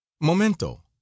momento